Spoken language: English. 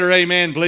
amen